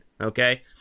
okay